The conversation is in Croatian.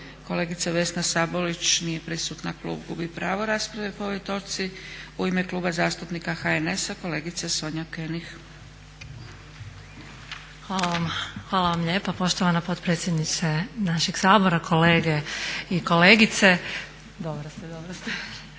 kolegica Vesna Sabolić nije prisutna, klub gubi pravo rasprave po ovoj točci. U ime Kluba zastupnika HNS-a kolegica Sonja König. **König, Sonja (HNS)** Hvala vam lijepa poštovana potpredsjednice našeg Sabora, kolege i kolegice. O uzrocima